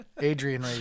Adrian